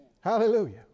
Hallelujah